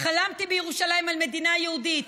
חלמתי בירושלים על מדינה יהודית.